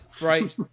right